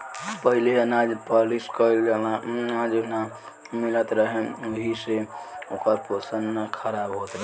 पहिले अनाज पॉलिश कइल अनाज ना मिलत रहे ओहि से ओकर पोषण ना खराब होत रहे